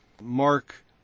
Mark